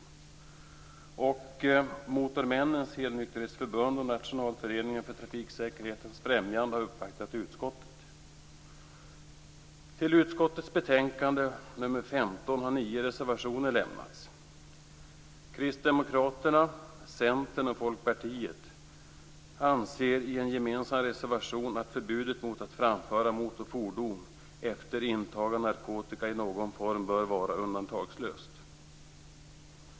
Vidare har Motormännens helnykterhetsförbund och Nationalföreningen för trafiksäkerhetens främjande uppvaktat utskottet. Kristdemokraterna, Centern och Folkpartiet anser i en gemensam reservation att förbudet mot att framföra motorfordon efter intag av narkotika i någon form bör vara undantagslöst.